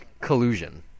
collusion